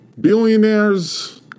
Billionaires